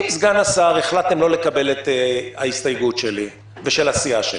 אם החלטתם לא לקבל את ההסתייגות שלי ושל הסיעה שלי,